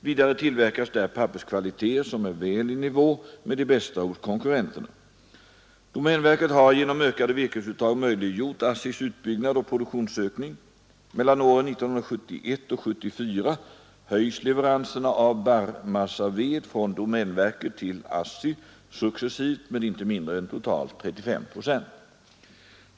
Vidare tillverkas där papperskvaliteter som är väl i nivå med de bästa hos konkurrenterna. Domänverket har genom ökade virkesuttag möjliggjort ASSI:s utbyggnad och produktionsökning. Mellan åren 1971 och 1974 höjs leveranserna av barrmassaved från domänverket till ASSI successivt med inte mindre än totalt 35 procent.